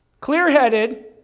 Clear-headed